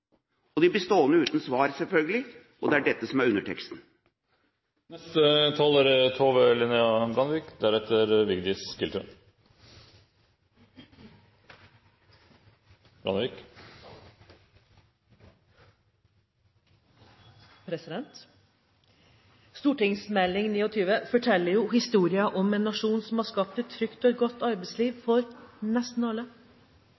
arbeidsgivernes. De blir stående uten svar, selvfølgelig, og det er dette som er underteksten. Meld. St. 29 forteller historien om en nasjon som har skapt et trygt og godt arbeidsliv for nesten alle,